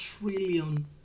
trillion